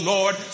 Lord